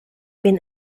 been